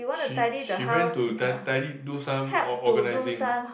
she she went to ti~ tidy do some or~ organizing